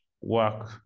work